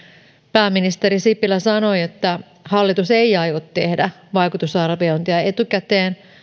pääministeri sipilä sanoi että hallitus ei aio tehdä vaikutusarviointeja etukäteen